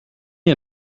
you